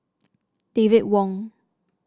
David Wong